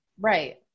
Right